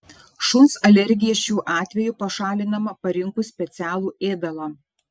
šuns alergija šiuo atveju pašalinama parinkus specialų ėdalą